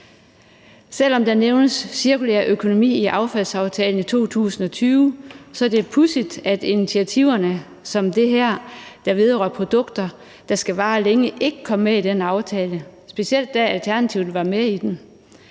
Selv om der nævnes cirkulær økonomi i affaldsaftalen fra 2020, er det pudsigt, at initiativer som det her, der vedrører produkter, der skal holde længe, ikke kom med i den aftale, specielt da Alternativet er med i